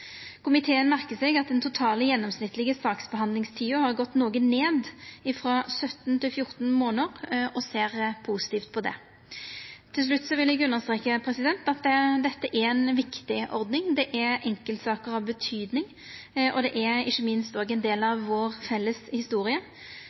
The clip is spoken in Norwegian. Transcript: Komiteen merker seg at den totale gjennomsnittlege saksbehandlingstida har gått noko ned, frå 17 til 14 månader, og ser positivt på det. Til slutt vil eg understreka at dette er ei viktig ordning. Det er enkeltsaker av betydning. Og det er ikkje minst òg ein del